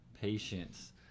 patience